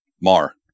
Mar